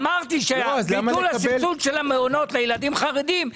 אמרתי שביטול הסבסוד של המעונות לילדים חרדים,